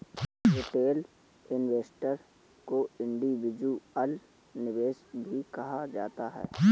retail investor को individual निवेशक भी कहा जाता है